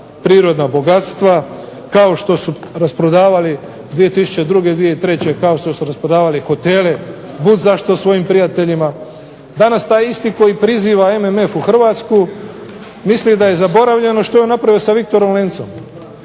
prirodna bogatstva kao što su rasprodavali 2002., 2003., kao što su rasprodavali hotele budzašto svojim prijateljima. Danas taj isti koji priziva MMF u Hrvatsku misli da je zaboravljeno što je napravio sa "Viktorom Lencom"